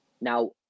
Now